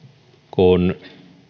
kun